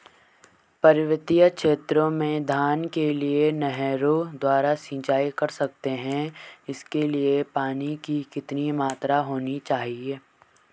पर्वतीय क्षेत्रों में धान के लिए नहरों द्वारा सिंचाई कर सकते हैं इसके लिए पानी की कितनी मात्रा होनी चाहिए?